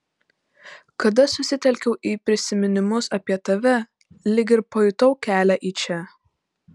kada susitelkiau į prisiminimus apie tave lyg ir pajutau kelią į čia